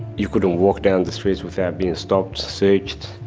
you couldn't walk down the streets without being stopped, searched,